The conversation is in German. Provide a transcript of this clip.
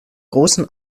großen